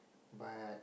but